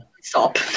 stop